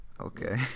Okay